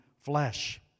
flesh